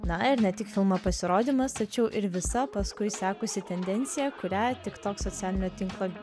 na ir ne tik filmo pasirodymas tačiau ir visa paskui sekusi tendencija kurią tik tok socialinio tinklo